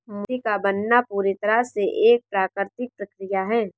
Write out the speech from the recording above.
मोती का बनना पूरी तरह से एक प्राकृतिक प्रकिया है